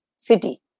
city